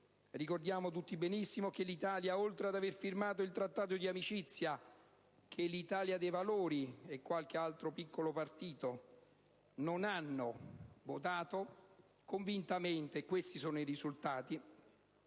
Ricordiamo tutti benissimo che l'Italia, oltre ad aver firmato il Trattato d'amicizia, che l'Italia dei Valori e qualche altro piccolo partito non hanno votato, convintamente (e questi sono i risultati)